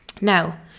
Now